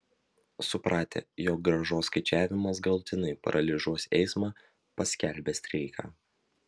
supratę jog grąžos skaičiavimas galutinai paralyžiuos eismą paskelbė streiką